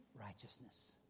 Righteousness